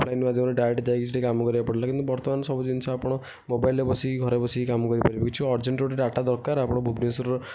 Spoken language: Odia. ଅଫ୍ଲାଇନ୍ ମାଧ୍ୟମରେ ଡାଇରେକ୍ଟ୍ ଯାଇକି ସେଠି କାମ କରିବାକୁ ପଡିଲା କିନ୍ତୁ ବର୍ତ୍ତମାନ ସବୁ ଜିନିଷ ଆପଣ ମୋବାଇଲ୍ରେ ବସିକି ଘରେ ବସିକି କାମ କରିପାରିବେ କିଛି ଅର୍ଜେଣ୍ଟ୍ ଗୋଟିଏ ଡାଟା ଦରକାର ଆପଣ ଭୁବନେଶ୍ଵର